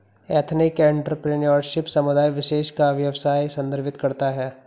ethnic entrepreneurship समुदाय विशेष का व्यवसाय संदर्भित करता है